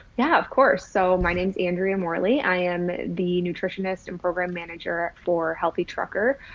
yeah, of course. so my name is andrea morley. i am the nutritionist and program manager for healthy trucker.